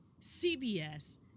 CBS